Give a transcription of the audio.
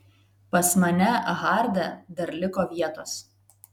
pas mane harde dar liko vietos